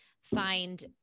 Find